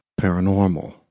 paranormal